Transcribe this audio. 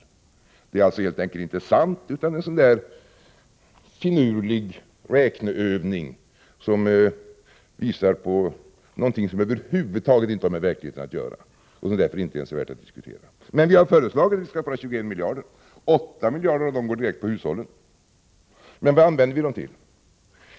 Detta är alltså inte sant, utan det är en sådan där finurlig räkneövning som visar på någonting som över huvud taget inte har med verkligheten att göra och därför inte ens är värd att diskutera. Vi har föreslagit att man skall spara 21 miljarder. 8 miljarder går direkt på hushållen. Men vad använder vi besparingarna till?